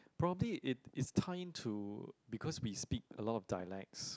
probably it it's time to because we speak a lot of dialects